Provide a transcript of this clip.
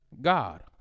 god